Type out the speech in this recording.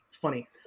funny